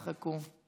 חכו.